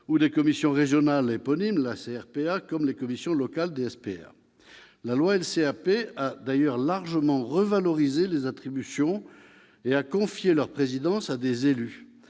ou des commissions régionales éponymes, les CRPA, comme des commissions locales des SPR. La loi LCAP en a d'ailleurs largement revalorisé les attributions et a confié leur présidence à des élus.